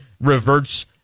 reverts